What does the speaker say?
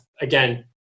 again